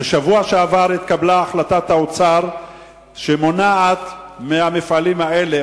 בשבוע שעבר התקבלה החלטת האוצר שמונעת מהמפעלים האלה,